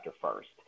first